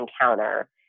encounter